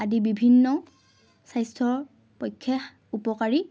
আদি বিভিন্ন স্বাস্থ্যৰ পক্ষে উপকাৰী